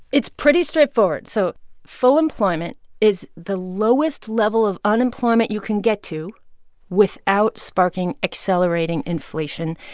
it's pretty straightforward. so full employment is the lowest level of unemployment you can get to without sparking accelerating inflation.